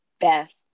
best